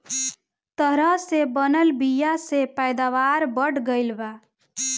तरह से बनल बीया से पैदावार बढ़ गईल बा